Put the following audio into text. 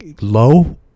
low